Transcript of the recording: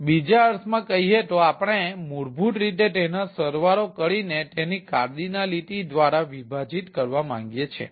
તેથી બીજા અર્થમાં કહીએ તો આપણે મૂળભૂત રીતે તેનો સરવાળો કરી ને તેને કાર્ડિનલિટી દ્વારા વિભાજિત કરવા માંગીએ છીએ